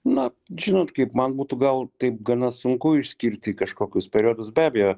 na žinot kaip man būtų gal taip gana sunku išskirti kažkokius periodus be abejo